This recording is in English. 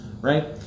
Right